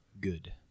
Good